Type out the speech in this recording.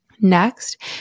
Next